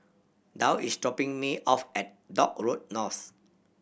Dow is dropping me off at Dock Road North